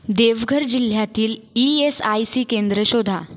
देवघर जिल्ह्यातील ईएसआयसी केंद्रं शोधा